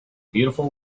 beautiful